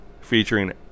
featuring